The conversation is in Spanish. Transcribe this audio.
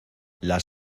las